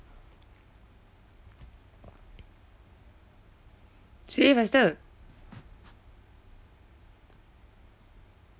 say faster